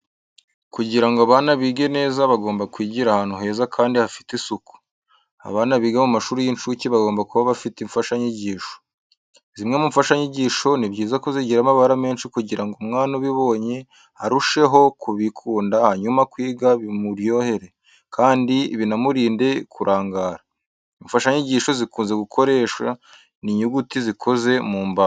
Kugira ngo abana bige neza bagomba kwigira ahantu heza kandi hafite isuku. Abana biga mu mashuri y'incuke bagomba kuba bafite imfashanyigisho. Zimwe mu mfashanyigisho, ni byiza ko zigira amabara menshi kugira ngo umwana ubibonye arusheho kubikunda hanyuma kwiga bimuryohere, kandi binamurinde kurangara. Imfashanyigisho zikunze gukoresha ni inyuguti zikozwe mu mbaho.